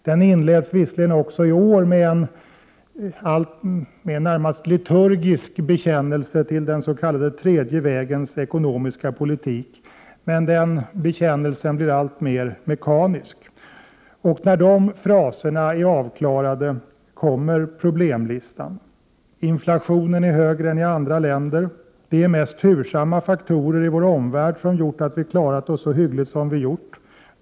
Denna inleds visserligen också i år med en närmast liturgisk bekännelse till den s.k. tredje vägens ekonomiska politik, men bekännelsen blir alltmer mekanisk. När fraserna är avklarade kommer problemlistan. - Inflationen är högre än i andra länder. —- Det är mest tursamma faktorer i vår omvärld som gjort att vi klarat oss så hyggligt som vi gjort.